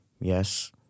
yes